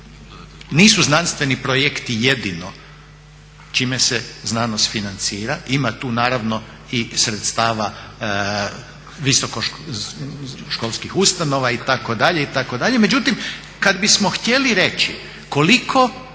nisu znanstveni projekti jedino čime se znanost financira, ima tu naravno i sredstava visokoškolskih ustanova itd., itd., međutim kad bismo htjeli reći koliko